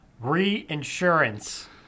reinsurance